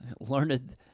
learned